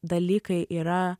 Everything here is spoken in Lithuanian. dalykai yra